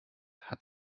hat